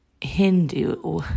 Hindu